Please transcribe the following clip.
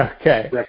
Okay